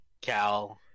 Cal